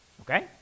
Okay